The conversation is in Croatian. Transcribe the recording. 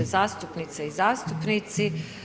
Zastupnice i zastupnici.